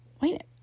wait